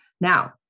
Now